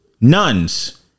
Nuns